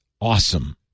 awesome